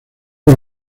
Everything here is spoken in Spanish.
con